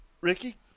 Ricky